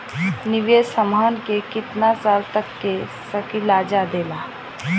निवेश हमहन के कितना साल तक के सकीलाजा?